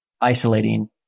isolating